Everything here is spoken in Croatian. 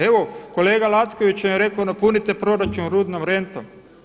Evo kolega Lacković je rekao napunite proračun rudnom rentom.